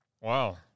Wow